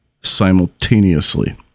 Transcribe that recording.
simultaneously